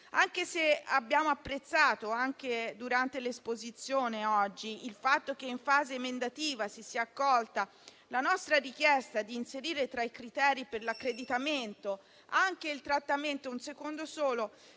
Anche se abbiamo apprezzato - anche durante l'esposizione oggi - il fatto che in fase emendativa si sia accolta la nostra richiesta di inserire tra i criteri per l'accreditamento anche il trattamento economico